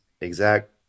exact